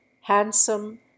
handsome